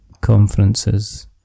conferences